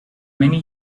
many